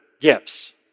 gifts